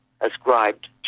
ascribed